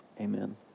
Amen